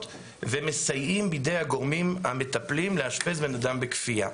ומסייעים בידי הגורמים המטפלים לאשפז בן אדם בכפייה.